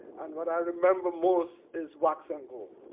and what i remember most is wax and gold.